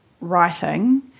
writing